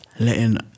Letting